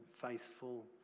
faithful